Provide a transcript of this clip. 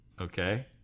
Okay